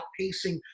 outpacing